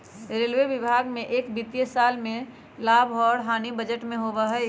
railway विभाग में एक वित्तीय साल में लाभ और हानि बजट में होबा हई